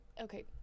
okay